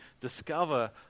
discover